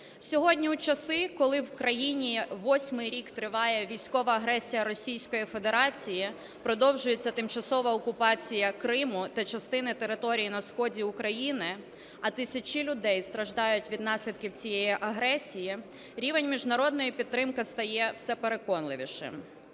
Сьогодні у часи, коли в країні восьмий рік триває військова агресія Російської Федерації, продовжується тимчасова окупація Криму та частини території на сході України, а тисячі людей страждають від наслідків цієї агресії, рівень міжнародної підтримки стає все переконливішим: